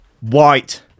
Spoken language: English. white